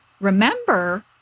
remember